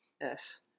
Yes